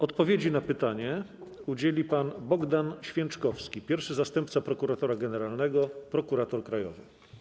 Odpowiedzi na pytanie udzieli pan Bogdan Święczkowski, pierwszy zastępca prokuratora generalnego, prokurator krajowy.